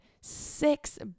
six